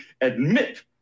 admit